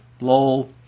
lol